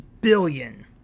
billion